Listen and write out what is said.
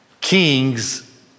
Kings